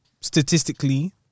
statistically